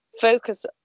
focus